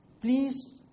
Please